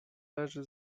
leży